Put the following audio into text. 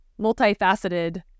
multifaceted